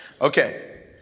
Okay